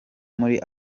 muri